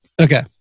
Okay